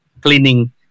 cleaning